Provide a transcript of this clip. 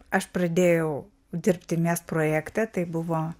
aš pradėjau dirbti mes projekte tai buvo